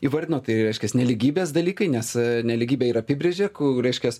įvardino tai reiškias nelygybės dalykai nes nelygybė ir apibrėžia kur reiškias